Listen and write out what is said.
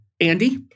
Andy